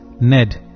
Ned